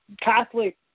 catholic